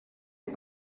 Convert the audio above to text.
est